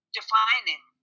defining